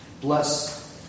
Bless